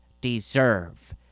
deserve